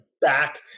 back